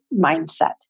mindset